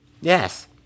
Yes